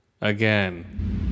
Again